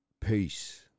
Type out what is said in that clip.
Peace